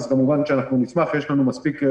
כמובן שנשמח,